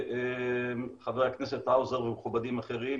חבר הכנסת האוזר ומכובדים אחרים,